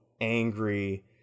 angry